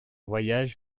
voyage